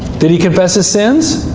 did he confess his sins?